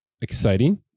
exciting